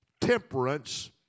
temperance